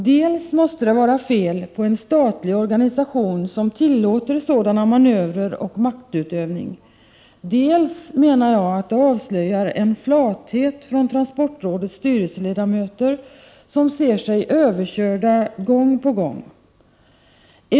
Dels måste det vara fel på en statlig oganisation som tillåter sådana manövrer och sådan maktutövning, dels menar jag att det avslöjar en flathet från transportrådets styrelseledamöter, som ser sig överkörda gång på gång.